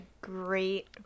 great